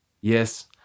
Yes